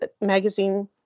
magazine